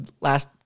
last